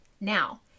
Now